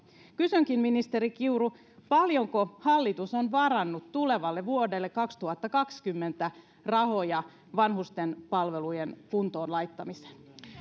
kysynkin ministeri kiuru paljonko hallitus on varannut tulevalle vuodelle kaksituhattakaksikymmentä rahoja vanhusten palvelujen kuntoon laittamiseen